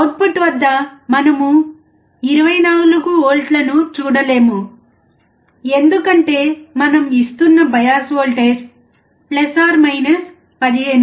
output వద్ద మనము 24V చూడలేము ఎందుకంటే మనం ఇస్తున్న బయాస్ వోల్టేజ్ 15